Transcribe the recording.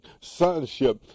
sonship